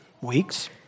weeks